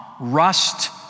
rust